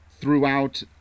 throughout